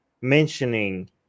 mentioning